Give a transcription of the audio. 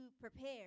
prepare